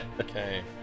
Okay